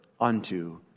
unto